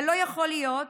לא יכול להיות